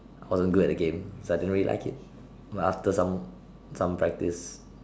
I wasn't good at the game so I didn't really like it but after some some practice